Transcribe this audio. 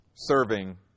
serving